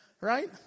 Right